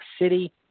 City